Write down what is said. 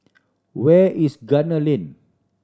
where is Gunner Lane